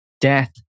Death